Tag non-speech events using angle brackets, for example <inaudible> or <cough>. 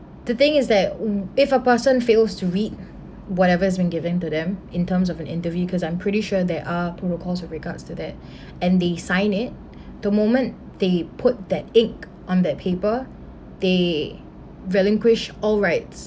the thing is that um if a person fails to read whatever has been given to them in terms of an interview because I'm pretty sure there are protocols with regards to that <breath> and they sign it the moment they put that ink on that paper they relinquished all rights